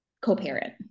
co-parent